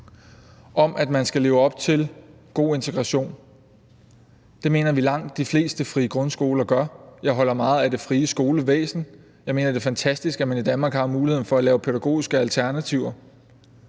om, at man skal leve op til god integration, og det mener vi at langt de fleste frie grundskoler gør. Jeg holder meget af det frie skolevæsen. Jeg mener, det er fantastisk, at man i Danmark har mulighed for at lave pædagogiske alternativer.